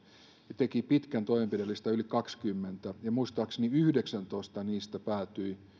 ja teki pitkän toimenpidelistan yli kaksikymmentä toimenpidettä muistaakseni yhdeksäntoista niistä päätyi